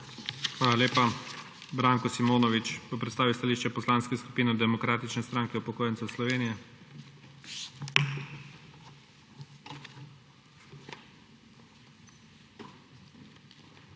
Hvala lepa. Branko Simonovič bo predstavil stališče Poslanske skupine Demokratične stranke upokojencev Slovenije. **BRANKO